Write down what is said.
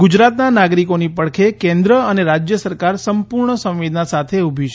ગુજરાતના નાગરીકોની ડખે કેન્દ્ર અને રાજય સરકાર સંપુર્ણ સંવેદના સાથે ઉભી છે